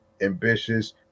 ambitious